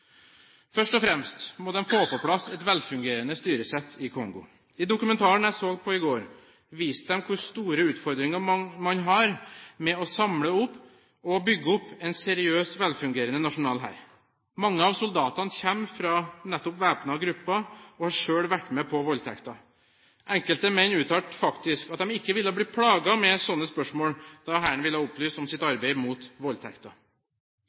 Først og fremst må de få på plass et velfungerende styresett i Kongo. I dokumentaren jeg så på i går, viste de hvor store utfordringer man har med å samle og bygge opp en seriøs velfungerende nasjonal hær. Mange av soldatene kommer fra nettopp væpnede grupper og har selv vært med på voldtekter. Enkelte menn uttalte faktisk at de ikke ville bli plaget med slike spørsmål da hæren ville opplyse om sitt arbeid mot voldtekter.